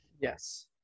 Yes